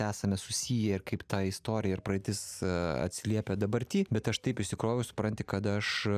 esame susiję kaip ir ta istorija ir praeitis atsiliepia dabarty bet aš taip išsikroviau supranti kad aš